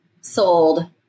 sold